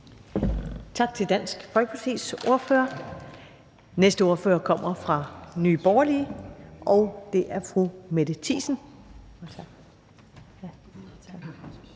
Tak til Dansk Folkepartis ordfører. Den næste ordfører kommer fra Nye Borgerlige, og det er fru Mette Thiesen.